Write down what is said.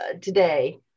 today